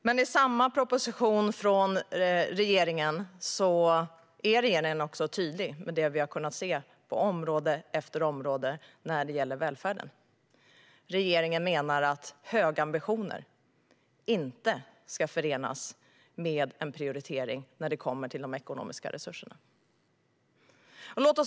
Men i propositionen från regeringen är regeringen tydlig med det som vi har kunnat se på område efter område när det gäller välfärden. Regeringen menar att höga ambitioner inte ska förenas med en prioritering när det kommer till de ekonomiska resurserna.